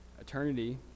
Eternity